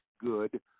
good